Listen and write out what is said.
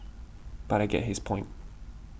but I get his point